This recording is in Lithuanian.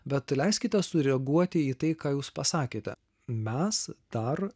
bet leiskite sureaguoti į tai ką jūs pasakėte mes dar